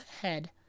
head